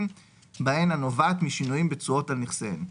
בהן הנובעת משנויים בתשואות על נכסיהן.